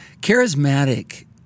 charismatic